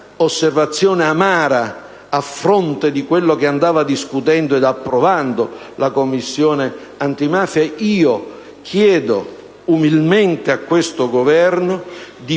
osservazione amara, a fronte di quello che andava discutendo ed approvando la Commissione antimafia,